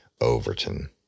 Overton